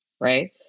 right